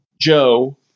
Joe